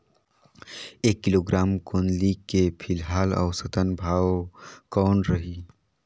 एक किलोग्राम गोंदली के फिलहाल औसतन भाव कौन रही?